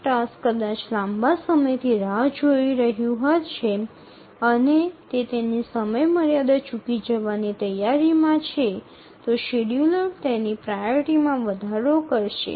একটি কাজ দীর্ঘ সময়ের জন্য অপেক্ষা করতে পারে এবং তার সময়সীমাটি প্রায় মিস করতে চলেছে এমন অবস্থা এলে শিডিয়ুলার তার অগ্রাধিকারটি বাড়িয়ে দেবে